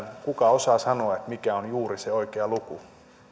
kuka osaa sanoa mikä on juuri se oikea luku